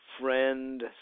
Friend